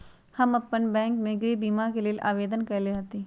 हम अप्पन बैंक में गृह बीमा के लेल आवेदन कएले हति